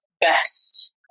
best